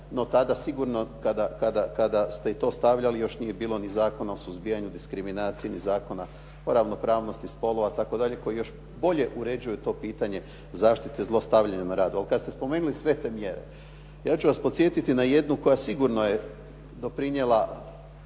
No, tada sigurno kada ste i to stavljali još nije bilo ni Zakona o suzbijanju diskriminacije i Zakona o ravnopravnosti spolova i tako dalje, koji još bolje uređuju to pitanje zaštite zlostavljanja na radu. Ali kad ste spomenuli sve te mjere, ja ću vas podsjetiti na jednu koja sigurno je doprinijela